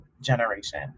generation